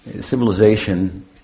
civilization